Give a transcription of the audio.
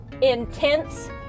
intense